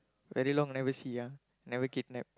very long never see ah never kidnap